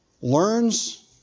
learns